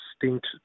distinct